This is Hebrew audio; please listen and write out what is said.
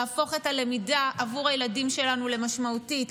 להפוך את הלמידה עבור הילדים שלנו למשמעותית,